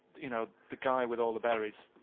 you know, the guy with all the berries,